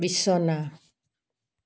বিছনা